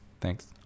Thanks